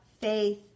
faith